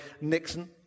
Nixon